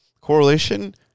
correlation